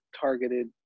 targeted